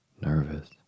nervous